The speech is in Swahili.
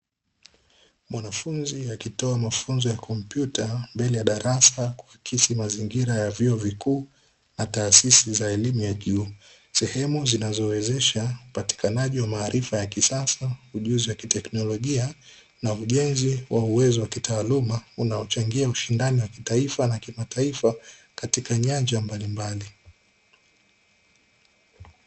Mwanafunzi akitoa mafunzo ya kompyuta mbele ya darasa, kuakisi mazingira ya vyuo vikuu na taasisi za elimu ya juu, sehemu zinazowezesha upatikanaji wa maarifa ya kisasa, ujuzi wa kiteknolojia na ujenzi wa uwezo wa kitaaluma, unaochangia ushindani wa kitaifa na kimataifa katika nyanja mbalimbali.